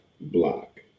block